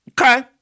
Okay